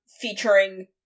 featuring